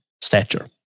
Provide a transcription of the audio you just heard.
stature